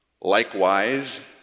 Likewise